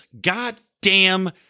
goddamn